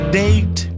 date